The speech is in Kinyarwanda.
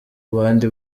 abandi